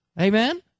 amen